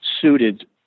suited